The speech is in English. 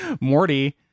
Morty